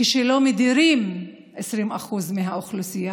כשלא מדירים 20% מהאוכלוסייה.